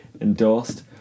endorsed